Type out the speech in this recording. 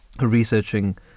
researching